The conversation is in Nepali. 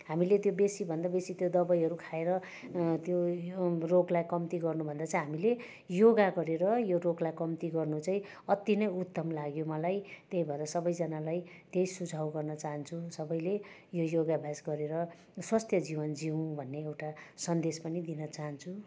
हामीले त्यो बेसीभन्दा बेसी त्यो दबाईहरू खाएर त्यो यो रोगलाई कम्ती गर्नुभन्दा चाहिँ हामीले योगा गरेर यो रोगलाई कम्ती गर्नु चाहिँ अति नै उत्तम लाग्यो मलाई त्यही भएर सबैजनालाई त्यही सुझाउ गर्न चाहन्छु सबैले यो योगाभ्यास गरेर स्वास्थ्य जीवन जिउँ भन्ने एउटा सन्देश पनि दिन चाहन्छु